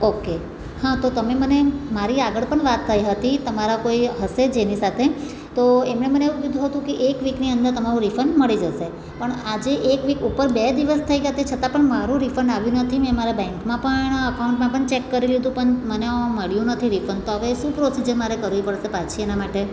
okay હા તો તમે મને મારી આગળ પણ વાત થઈ હતી તમારા કોઈ હશે જેની સાથે તો એમણે મને એવું કીધુ હતું કે એક વીકની અંદર તમારું રિફંડ મળી જશે પણ આજે એક વીક ઉપર બે દિવસ થઈ ગયા તે છતાં પણ મારું રિફંડ આવ્યું નથી મેં મારા બેન્કમાં પણ અકાઉન્ટમાં પણ ચેક કરી લીધું પણ મને મળ્યું નથી રિફંડ તો હવે શું પ્રોસીજર મારે કરવી પડશે પાછી એના માટે